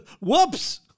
Whoops